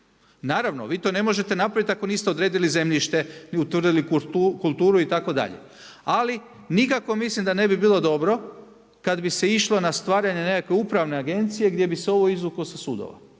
Naravno, vi to ne možete napraviti ako niste odredili zemljište i utvrdili kulturu itd. Ali, nikako mislim da ne bi bilo dobro, kad bi se išlo na stvaranje nekakve upravne agencije, gdje bi se ovo izvuklo sa sudova.